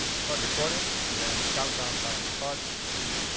start recording. and then the countdown timer starts three,